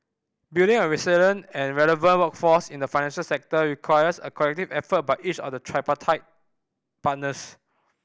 building a resilient and relevant workforce in the financial sector requires a collective effort by each of the tripartite partners